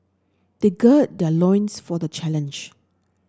they gird their loins for the challenge